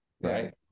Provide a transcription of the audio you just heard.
right